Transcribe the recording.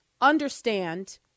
understand